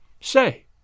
Say